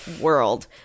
world